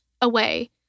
away